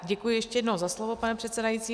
Děkuji ještě jednou za slovo, pane předsedající.